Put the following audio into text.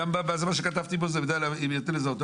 זה גם מה שכתבתי בהסתייגות שלי: "אם ניתן לזהותו,